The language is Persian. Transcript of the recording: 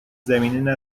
زمینه